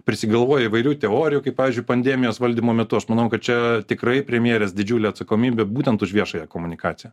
prisigalvoja įvairių teorijų kaip pavyzdžiui pandemijos valdymo metu aš manau kad čia tikrai premjerės didžiulė atsakomybė būtent už viešąją komunikaciją